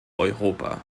europa